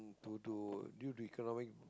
to to due to economic